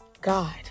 God